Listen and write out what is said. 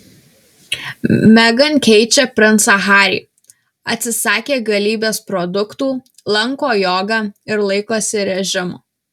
meghan keičia princą harį atsisakė galybės produktų lanko jogą ir laikosi režimo